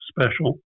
special